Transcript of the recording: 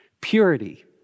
Purity